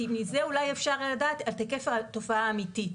כי אולי מזה אפשר לדעת את היקף התופעה האמיתית.